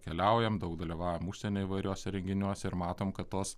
keliaujam daug dalyvaujam užsienio įvairiuose renginiuose ir matom kad tos